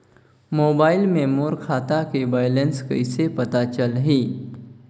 Mobile मे मोर खाता के बैलेंस कइसे पता चलही?